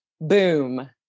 boom